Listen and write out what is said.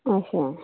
ਅੱਛਾ